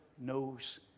knows